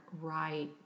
right